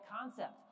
concept